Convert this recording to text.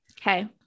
okay